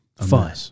fun